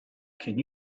can